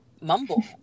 mumble